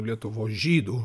lietuvos žydų